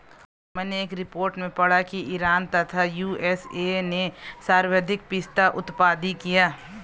मैनें एक रिपोर्ट में पढ़ा की ईरान तथा यू.एस.ए ने सर्वाधिक पिस्ता उत्पादित किया